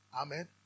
Amen